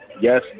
Yes